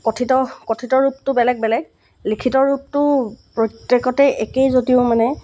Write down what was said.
কথিত কথিত ৰূপটো বেলেগ বেলেগ লিখিত ৰূপটো প্ৰত্যেকতেই একেই যদিও মানে